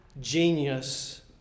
genius